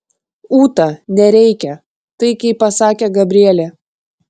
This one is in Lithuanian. ūta nereikia taikiai pasakė gabrielė